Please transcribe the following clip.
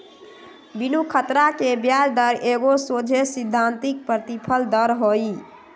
बिनु खतरा के ब्याज दर एगो सोझे सिद्धांतिक प्रतिफल दर हइ